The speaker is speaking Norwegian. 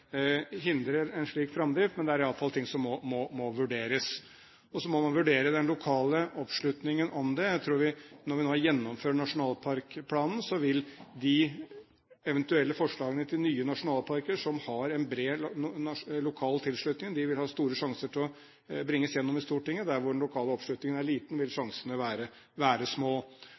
hindrer en slik framdrift, men det er iallfall ting som må vurderes. Og så må man vurdere den lokale oppslutningen om det. Jeg tror at når vi nå har gjennomført nasjonalparkplanen, vil de eventuelle forslagene til nye nasjonalparker som har en bred lokal tilslutning, ha store sjanser til å bringes gjennom i Stortinget. Der den lokale oppslutningen er liten, vil sjansene være små.